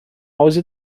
auzit